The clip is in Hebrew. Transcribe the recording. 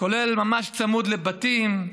כולל ממש צמוד לבתים,